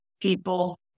people